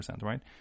right